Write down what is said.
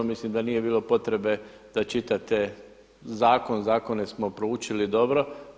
Mislim da nije bilo potrebe da čitate zakon, zakone smo proučili dobro.